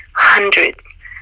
hundreds